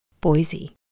Boise